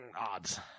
Odds